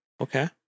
Okay